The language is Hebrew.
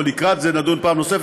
או לקראת זה נדון פעם נוספת.